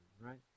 right